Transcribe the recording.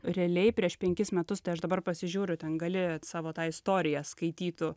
realiai prieš penkis metus tai aš dabar pasižiūriu ten gali savo tą istoriją skaitytų